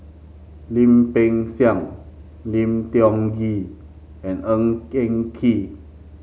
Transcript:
Lim Peng Siang Lim Tiong Ghee and Ng Eng Kee